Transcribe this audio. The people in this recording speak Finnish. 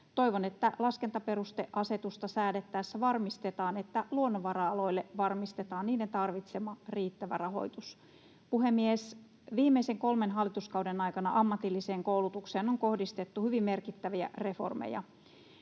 Toivon, että laskentaperusteasetusta säädettäessä varmistetaan, että luonnonvara-aloille varmistetaan niiden tarvitsema riittävä rahoitus. Puhemies! Viimeisen kolmen hallituskauden aikana ammatilliseen koulutukseen on kohdistettu hyvin merkittäviä reformeja.